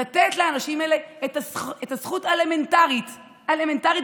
לתת לאנשים האלה את הזכות האלמנטרית ביותר.